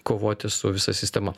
kovoti su visa sistema